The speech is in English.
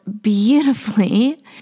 beautifully